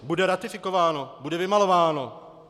Bude ratifikováno, bude vymalováno.